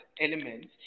elements